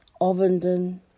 Ovenden